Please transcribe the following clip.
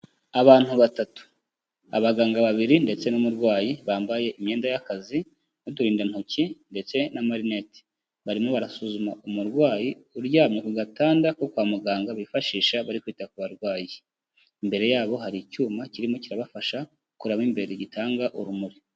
Abantu batatu, abaganga babiri ndetse n'umurwayi bambaye imyenda y'akazi n'uturindantoki ndetse n'amarinete. Barimo barasuzuma umurwayi uryamye ku gatanda ko kwa muganga bifashisha bari kwita ku barwayi. Imbere yabo hari icyuma kirimo kirabafasha kureba mo imbere gitanga urumuri.